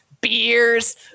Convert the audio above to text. beers